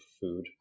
food